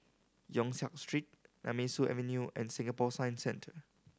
Yong Siak Street Nemesu Avenue and Singapore Science Centre